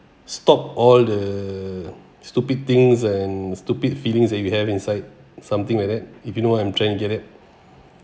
stop all the stupid things and stupid feelings that you have inside something like that if you know what I'm trying get it